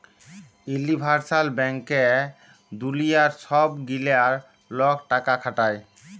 universal ব্যাংকে দুলিয়ার ছব গিলা লক টাকা খাটায়